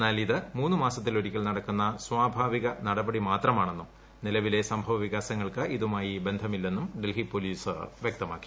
എന്നാൽ ഇത് മൂന്ന് മാസത്തിലൊരിക്കൽ നടക്കുന്ന സ്വാഭാവിക നടപടി മാത്രമാണെന്നും നിലവിലെ സംഭവ വികാസങ്ങൾക്ക് ഇതുമായി ബന്ധമില്ലെന്നും ഡൽഹി പോലീസ് വ്യക്തമാക്കി